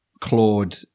Claude